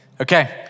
Okay